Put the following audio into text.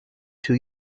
two